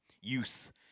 use